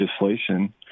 legislation